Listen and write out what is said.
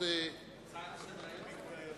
הצעה לסדר-היום?